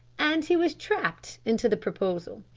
and he was trapped into the proposal.